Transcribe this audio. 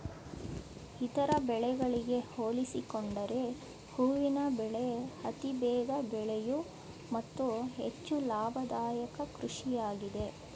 ಇತರ ಬೆಳೆಗಳಿಗೆ ಹೋಲಿಸಿಕೊಂಡರೆ ಹೂವಿನ ಬೆಳೆ ಅತಿ ಬೇಗ ಬೆಳೆಯೂ ಮತ್ತು ಹೆಚ್ಚು ಲಾಭದಾಯಕ ಕೃಷಿಯಾಗಿದೆ